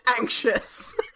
anxious